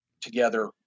together